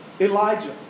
Elijah